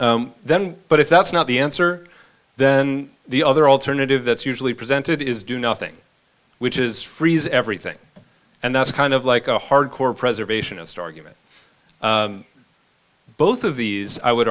then but if that's not the answer then the other alternative that's usually presented is do nothing which is freeze everything and that's kind of like a hardcore preservationist argument both of these i would